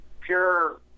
pure